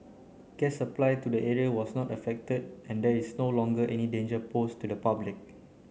gas supply to the area was not affected and there is no longer any danger posed to the public